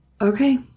Okay